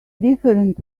different